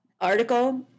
article